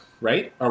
Right